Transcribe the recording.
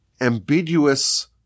ambiguous